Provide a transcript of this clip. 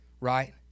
right